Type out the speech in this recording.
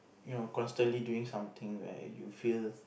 you know constantly doing something where you feel